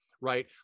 right